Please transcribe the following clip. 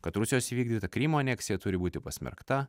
kad rusijos įvykdyta krymo aneksija turi būti pasmerkta